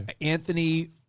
Anthony